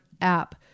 app